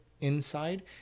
inside